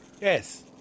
Yes